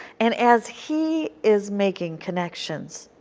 and as he is making connections,